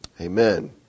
amen